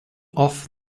off